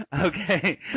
Okay